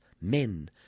Men